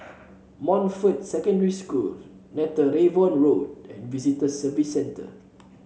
Montfort Secondary School Netheravon Road and Visitor Services Centre